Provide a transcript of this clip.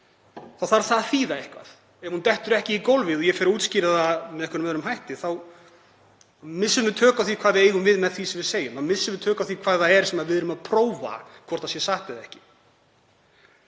þá þarf það að þýða eitthvað ef hún dettur ekki gólfið og ef ég fer að útskýra það með einhverjum öðrum hætti þá missum við tök á því hvað við eigum við með því sem við segjum, þá missum við tökin á því hvað það er sem við erum að prófa, hvort það er satt eða ekki.